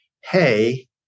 hey